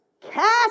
cast